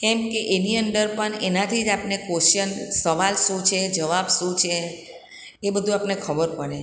કેમ કે એની અંદર પણ એનાથી જ આપને ક્વેશ્ચન સવાલ શું છે જવાબ શું છે એ બધું આપને ખબર પડે